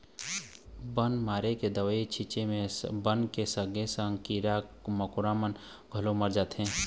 बन मारे के दवई छिंचे म बन के संगे संग कीरा कमोरा मन घलोक मर जाथें